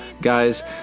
guys